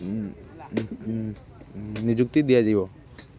ନିଯୁକ୍ତି ଦିଆଯିବ